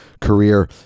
career